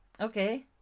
Okay